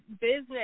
business